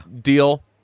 deal